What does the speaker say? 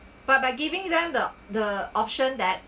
but by giving them the the option that